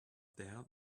there